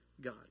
God